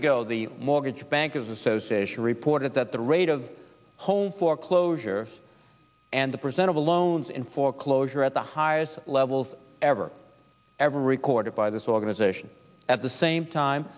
ago the mortgage bankers association reported that the rate of home foreclosures and the present of the loans in foreclosure at the highest levels ever ever recorded by this organization at the same time